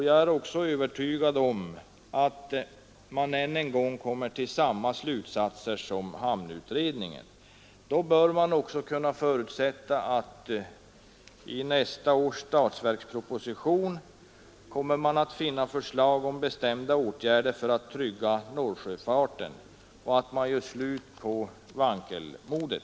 Jag är övertygad om att man än en gång kommer till samma slutresultat som hamnutredningen. Då bör man också kunna förutsätta att nästa års statsverksproposition kommer att innehålla förslag om bestämda åtgärder för att trygga norrsjöfarten och att man gör slut på vankelmodet.